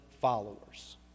followers